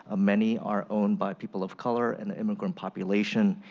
ah many are owned by people of color in the immigrant population,